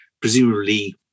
presumably